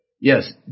Yes